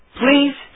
please